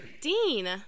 Dean